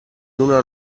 luna